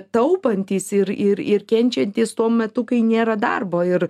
taupantys ir ir ir kenčiantys tuo metu kai nėra darbo ir